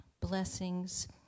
blessings